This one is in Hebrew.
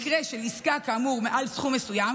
ובמקרה של עסקה כאמור מעל סכום מסוים,